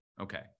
Okay